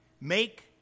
make